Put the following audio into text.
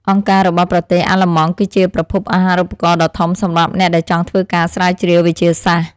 អង្គការរបស់ប្រទេសអាល្លឺម៉ង់គឺជាប្រភពអាហារូបករណ៍ដ៏ធំសម្រាប់អ្នកដែលចង់ធ្វើការស្រាវជ្រាវវិទ្យាសាស្ត្រ។